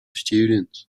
students